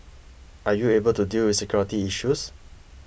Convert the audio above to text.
are you able to deal with security issues